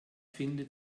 findet